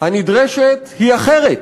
הנדרשת היא אחרת,